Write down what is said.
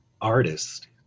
artist